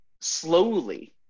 slowly